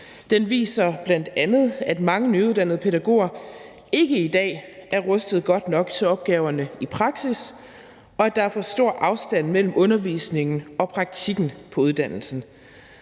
Den viser bl.a., at mange nyuddannede pædagoger ikke i dag er rustet godt nok til opgaverne i praksis, og at der er for stor afstand mellem undervisningen og praktikken på uddannelsen.